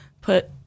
put –